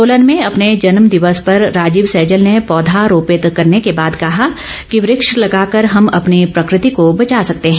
सोलन में में अपने जन्म दिवस पर राजीव सैजल ने पौधा रोपित करने के बाद कहा कि वृक्ष लगाकर हम अपनी प्रकृति को बचा सकते हैं